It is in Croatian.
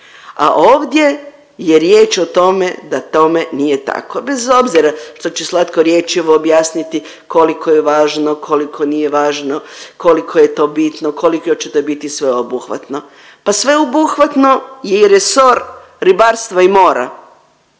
a ovdje je riječ o tome da tome nije tako, bez obzira što će slatkorječivo objasniti koliko je važno, koliko nije važno, koliko je to bitno, koliko će to biti sveobuhvatno. Pa sveobuhvatno je i resor ribarstva i mora,